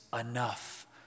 enough